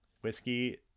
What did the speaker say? Whiskey